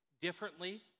Differently